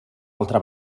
altra